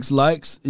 likes